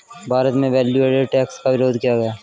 भारत में value added tax का विरोध किया गया